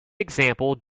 example